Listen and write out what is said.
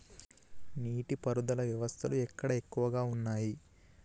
నీటి పారుదల వ్యవస్థలు ఎక్కడ ఎక్కువగా ఉన్నాయి?